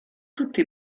tutti